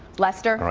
lester?